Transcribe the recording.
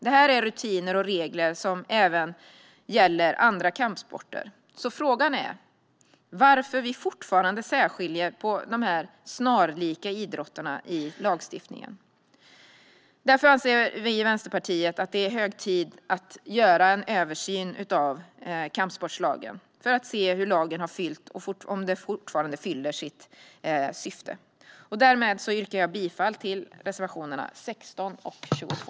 Detta är rutiner och regler som gäller även andra kampsporter. Frågan är alltså varför vi fortfarande särskiljer dessa snarlika idrotter i lagstiftningen. Vänsterpartiet anser att det är hög tid att göra en översyn av kampsportslagen för att se hur väl lagen har fyllt och fortfarande fyller sitt syfte. Jag yrkar därmed bifall till reservationerna 16 och 22.